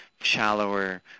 shallower